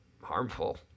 Harmful